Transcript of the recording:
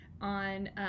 on